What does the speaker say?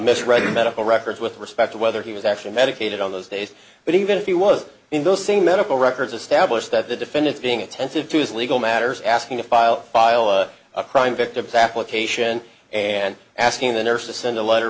misread the medical records with respect to whether he was actually medicated on those days but even if he was in those same medical records establish that the defendant being attentive to his legal matters asking to file file a crime victims application and asking the nurse to send a letter